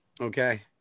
Okay